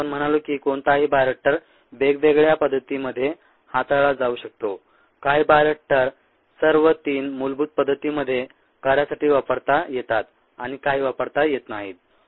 मग आपण म्हणालो की कोणताही बायोरिएक्टर वेगवेगळ्या पद्धतीमध्ये हाताळला जाऊ शकतो काही बायोरिएक्टर सर्व 3 मूलभूत पद्धतीमध्ये कार्यासाठी वापरता येतात आणि काही वापरता येत नाहीत